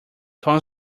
torn